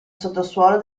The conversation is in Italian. sottosuolo